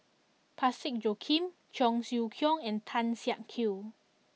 Parsick Joaquim Cheong Siew Keong and Tan Siak Kew